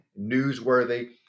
newsworthy